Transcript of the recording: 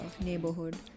neighborhood